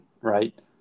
right